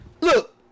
look